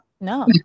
no